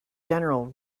general